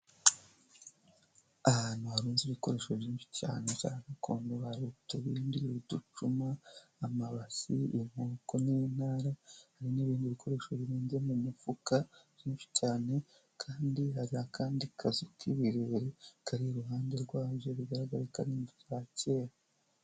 Ahantu harunze ibikoresho byinshi cyane bya gakondo hari utubindi, uducuma, amabasi, inkoko n'intara, hari n'ibindi bikoresho birunze mu mifuka byinshi cyane, kandi hari akandi kazu k'ibirere kari iruhande rwabyo, bigaragara ko ari inzu za kera.